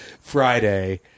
Friday